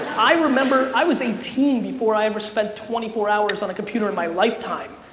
i remember i was eighteen before i ever spent twenty four hours on a computer in my lifetime.